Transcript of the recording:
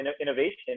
innovation